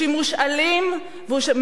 הוא שימוש אלים,